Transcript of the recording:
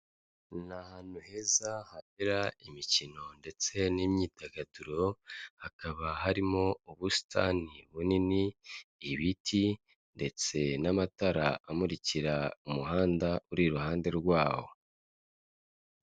Ni ahantu heza haberara imikino ndetse n'imyidagaduro, hakaba harimo ubusitani bunini, ibiti ndetse n'amatara amurikira umuhanda uri iruhande rwawo.